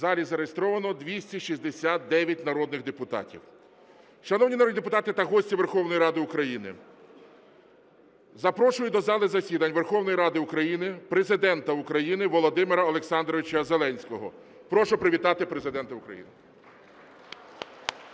В залі зареєстровано 269 народних депутатів. Шановні народні депутати та гості Верховної Ради України! Запрошую до зали засідань Верховної Ради України Президента України Володимира Олександровича Зеленського. Прошу привітати Президента України.